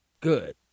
Good